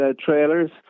trailers